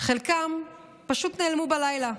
חלקם פשוט נעלמו בלילה.